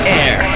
air